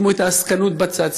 שימו את העסקנות בצד,